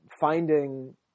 finding